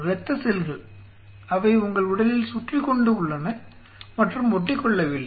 இரத்த செல்கள் அவை உங்கள் உடலில் சுற்றிக்கொண்டு உள்ளன மற்றும் ஒட்டிக்கொள்ளவில்லை